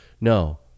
No